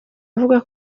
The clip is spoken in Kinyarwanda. avuga